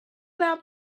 out